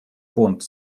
фонд